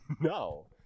No